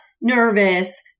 nervous